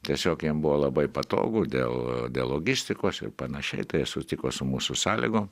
tiesiog jam buvo labai patogu dėl logistikos ir panašiai tai sutiko su mūsų sąlygom